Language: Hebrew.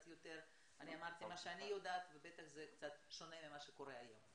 אני אמרתי מה שאני יודעת ובטח זה קצת שונה ממה שקורה היום.